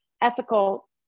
ethical